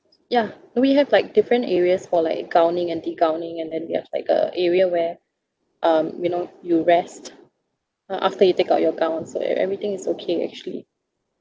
yeah and we have like different areas for like gowning anti-gowning and then we have like a area where um you know you rest uh after you take out your gowns so everything is okay actually